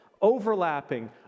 overlapping